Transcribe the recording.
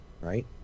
Right